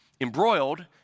embroiled